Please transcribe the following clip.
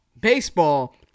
baseball